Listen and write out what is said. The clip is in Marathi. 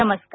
नमस्कार